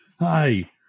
Hi